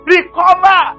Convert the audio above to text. Recover